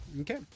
Okay